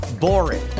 boring